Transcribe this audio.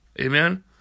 Amen